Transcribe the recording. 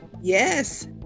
yes